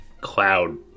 cloud